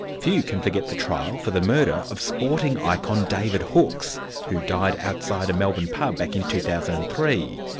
few can forget the trial for the murder of sporting icon david hookes, who died outside a melbourne pub back in two thousand and three.